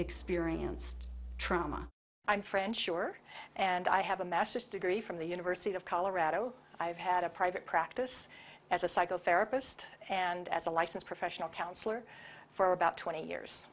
experienced trauma i'm french sure and i have a master's degree from the university of colorado i have had a private practice as a psycho therapist and as a licensed professional counselor for about twenty years